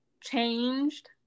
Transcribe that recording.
changed